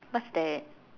what's that